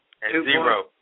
Zero